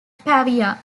pavia